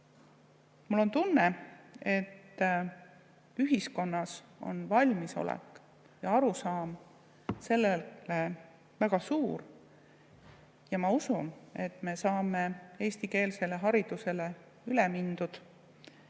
Mul on tunne, et ühiskonnas on arusaam olemas ja valmisolek selleks väga suur. Ja ma usun, et me saame eestikeelsele haridusele üle mindud.